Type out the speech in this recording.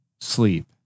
sleep